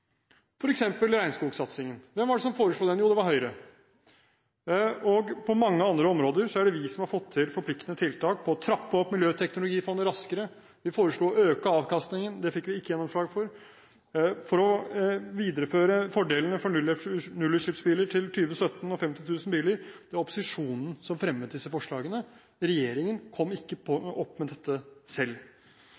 f.eks. regnskogsatsingen! Hvem var det som foreslo den? Jo, det var Høyre. Og på mange andre områder er det vi som har fått til forpliktende tiltak, som å trappe opp miljøteknologifondet raskere. Vi foreslo å øke avkastningen – det fikk vi ikke gjennomslag for – for å videreføre fordelene for nullutslippsbiler til 2017 og 50 000 biler. Det var opposisjonen som fremmet disse forslagene, regjeringen kom ikke